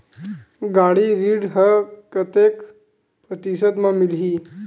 गाड़ी ऋण ह कतेक प्रतिशत म मिलही?